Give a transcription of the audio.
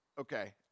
okay